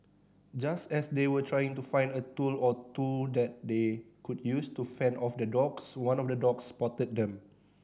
just as they were trying to find a tool or two that they could use to fend off the dogs one of the dogs spotted them